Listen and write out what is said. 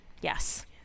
Yes